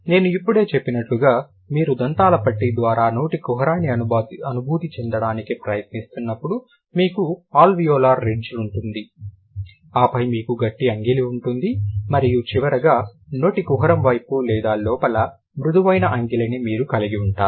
నేను ఇప్పుడే చెప్పినట్లుగా మీరు దంతాల పట్టీ ద్వారా నోటి కుహరాన్ని అనుభూతి చెందడానికి ప్రయత్నిస్తున్నప్పుడు మీకు అల్వియోలార్ రిడ్జ్ ఉంటుంది ఆపై మీకు గట్టి అంగిలి ఉంటుంది మరియు చివరగా నోటి కుహరం వైపు లేదా లోపల మృదువైన అంగిలిని మీరు కలిగి ఉంటారు